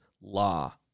law